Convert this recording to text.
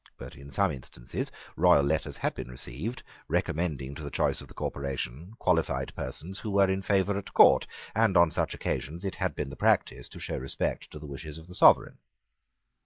but in some instances royal letters had been received recommending to the choice of the corporation qualified persons who were in favour at court and on such occasions it had been the practice to show respect to the wishes of the sovereign.